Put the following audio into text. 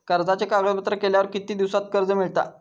कर्जाचे कागदपत्र केल्यावर किती दिवसात कर्ज मिळता?